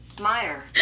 Meyer